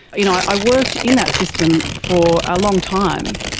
you know i i worked in that system for a long time.